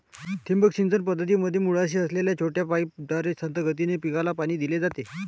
ठिबक सिंचन पद्धतीमध्ये मुळाशी असलेल्या छोट्या पाईपद्वारे संथ गतीने पिकाला पाणी दिले जाते